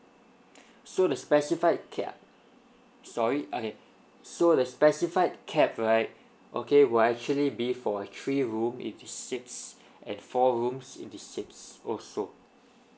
so the specified cap sorry okay so the specified cap right okay will actually be for a three room indicates and four rooms indicates or so